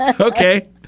Okay